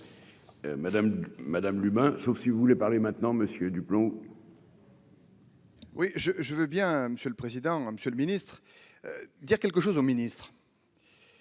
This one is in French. madame l'humain, sauf si vous voulez parler maintenant Monsieur du plomb. Oui, je, je veux bien Monsieur le Président, Monsieur le Ministre dire quelque chose au ministres.